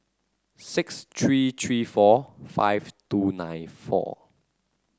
six three three four five two nine four